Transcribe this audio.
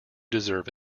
deserve